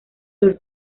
los